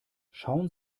schauen